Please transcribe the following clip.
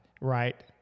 right